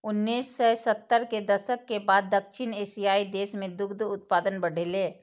उन्नैस सय सत्तर के दशक के बाद दक्षिण एशियाइ देश मे दुग्ध उत्पादन बढ़लैए